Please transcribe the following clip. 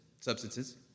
substances